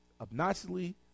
obnoxiously